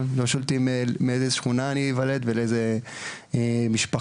באיזו שכונה אני איוולד ולאיזו משפחה,